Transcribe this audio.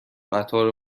قطار